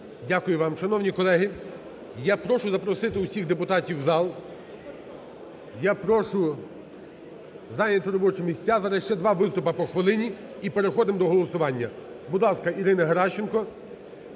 Дякую вам. Шановні колеги, я прошу запросити всіх депутатів в зал, я прошу зайняти робочі місця, зараз ще два виступи по хвилині і переходимо до голосування. Будь ласка, Ірина Геращенко.